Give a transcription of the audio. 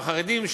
החרדים,